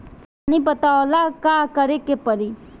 पानी पटावेला का करे के परी?